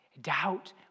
doubt